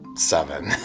seven